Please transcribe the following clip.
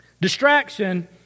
distraction